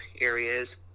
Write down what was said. areas